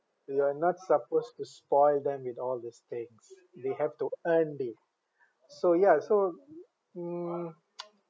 you are not supposed to spoil them with all the stakes they have to earned it so ya so mm